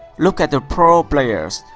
look at the pro players.